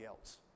else